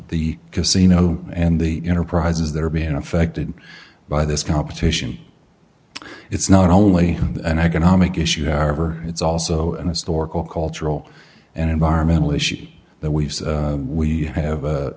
the casino and the enterprises that are being affected by this competition it's not only an economic issue however it's also an historical cultural and environmental issue that we've we have a